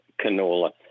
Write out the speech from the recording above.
canola